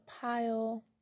pile